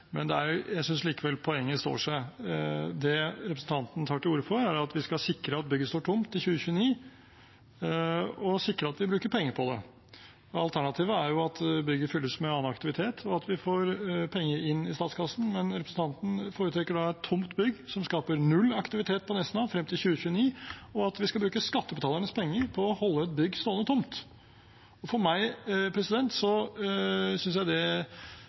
men jeg synes likevel poenget står seg. Det representanten tar til orde for, er at vi skal sikre at bygget står tomt til 2029, og sikre at vi bruker penger på det. Alternativet er at bygget fylles med annen aktivitet, og at vi får penger inn i statskassen, men representanten foretrekker da et tomt bygg som skaper null aktivitet på Nesna frem til 2029, og at vi skal bruke skattebetalernes penger på å holde et bygg stående tomt. Jeg synes det representerer en svært dårlig løsning, men det er